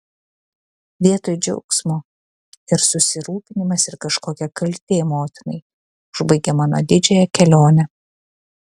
vietoj džiaugsmo ir susirūpinimas ir kažkokia kaltė motinai užbaigė mano didžiąją kelionę